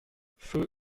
feu